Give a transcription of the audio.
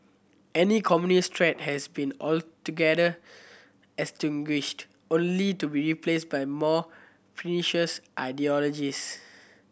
any communist threat has been altogether extinguished only to be replaced by more pernicious ideologies